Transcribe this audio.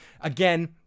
again